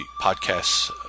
podcasts